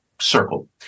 circle